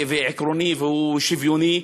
ועקרוני והוא שוויוני,